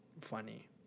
funny